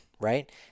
right